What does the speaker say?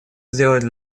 сделать